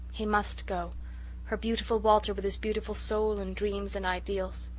he must go her beautiful walter with his beautiful soul and dreams and ideals.